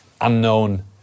unknown